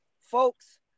folks